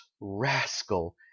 rascal